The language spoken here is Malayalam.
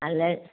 അല്ലേ